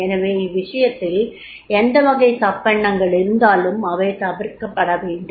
எனவே இவ்விஷயத்தில் எந்த வகை தப்பெண்ணங்கள் இருந்தாலும் அவை தவிர்க்கப்பட வேண்டும்